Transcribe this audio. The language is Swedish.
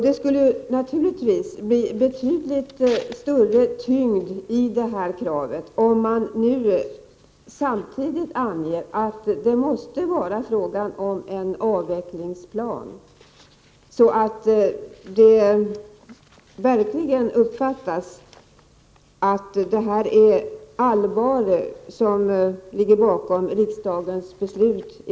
Det skulle naturligtvis bli betydligt större tyngd i kravet om man samtidigt anger att det måste vara fråga om en avvecklingsplan, så att det verkligen uppfattas att det är allvar bakom riksdagens beslut.